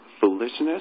foolishness